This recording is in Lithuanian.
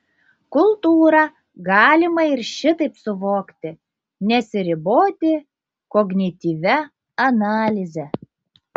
kultūrą galima ir šitaip suvokti nesiriboti kognityvia analize